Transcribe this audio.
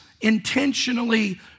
intentionally